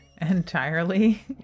Entirely